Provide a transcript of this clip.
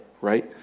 right